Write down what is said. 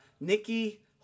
Nikki